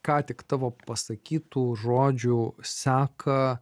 ką tik tavo pasakytų žodžių seka